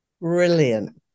Brilliant